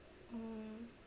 mm